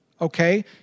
Okay